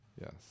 Yes